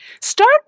Start